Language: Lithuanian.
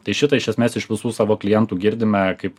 tai šitą iš esmės iš visų savo klientų girdime kaip